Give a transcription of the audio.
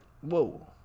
whoa